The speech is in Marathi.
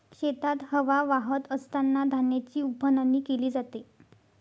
शेतात हवा वाहत असतांना धान्याची उफणणी केली जाते